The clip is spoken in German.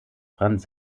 franz